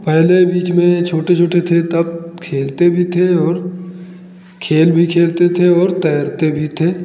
और पहले बीच में छोटे छोटे थे तब खेलते भी थे और खेल भी खेलते थे और तैरते भी थे